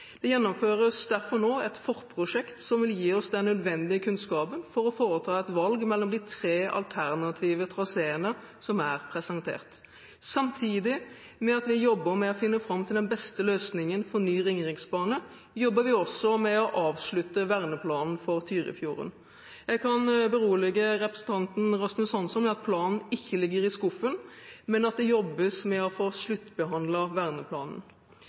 Det gjennomføres derfor nå et forprosjekt som vil gi oss den nødvendige kunnskapen for å foreta et valg mellom de tre alternative traseene som er presentert. Samtidig med at vi jobber med å finne fram til den beste løsningen for ny Ringeriksbane, jobber vi med å avslutte verneplanen for Tyrifjorden. Jeg kan berolige representanten Rasmus Hansson med at planen ikke ligger i skuffen, men at det jobbes med å få sluttbehandlet verneplanen.